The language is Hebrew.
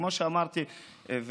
כמו שאמרתי,